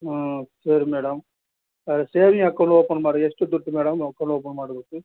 ಹ್ಞೂ ಸರಿ ಮೇಡಮ್ ಅದು ಸೇವಿಂಗ್ ಅಕೌಂಟ್ ಓಪನ್ ಮಾಡಿ ಎಷ್ಟು ದುಡ್ಡು ಮೇಡಮ್ ಅಕೌಂಟ್ ಓಪನ್ ಮಾಡೋದಕ್ಕೆ